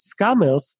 scammers